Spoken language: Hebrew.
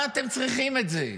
מה אתם צריכים את זה?